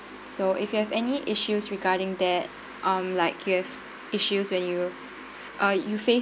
so if you have any issues regarding that um like you've issues when you uh you face